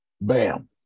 Bam